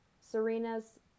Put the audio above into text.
Serena's